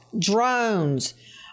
drones